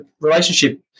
relationship